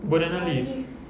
banana leaf